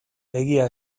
egia